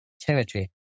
territory